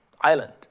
island